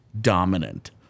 dominant